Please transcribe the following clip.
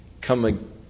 come